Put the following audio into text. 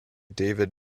david